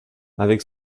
avec